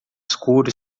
escuro